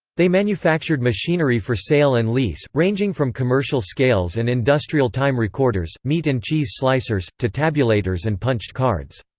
they manufactured machinery for sale and lease, ranging from commercial scales and industrial time recorders, meat and cheese slicers, to tabulators and punched cards.